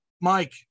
Mike